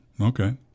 Okay